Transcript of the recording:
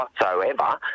whatsoever